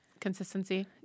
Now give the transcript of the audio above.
Consistency